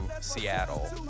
seattle